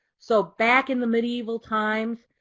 so back in the medieval times,